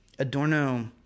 Adorno